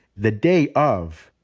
the day of,